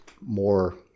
more